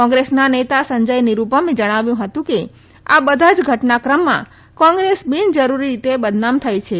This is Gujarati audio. કોંગ્રેસના નેતા સંજય નિરૂપમે જણાવ્યું હતું કે આ બધા જ ઘટનાક્રમમાં કોંગ્રેસ બિનજરૂરી રીતે બદનામ થઇ છે